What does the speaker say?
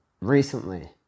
recently